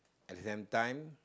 exam time